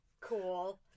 Cool